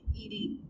eating